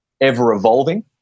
ever-evolving